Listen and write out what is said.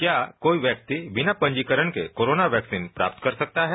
क्या कोई व्यक्ति बिना पंजीकरण के कोरोना वैक्सीन पर काम कर सकता है